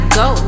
go